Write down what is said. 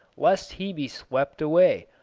lest he be swept away,